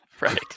Right